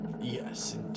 Yes